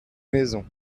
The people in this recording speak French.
maisons